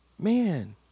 man